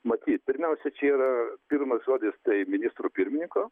matyt pirmiausia čia yra pirmas žodis tai ministro pirmininko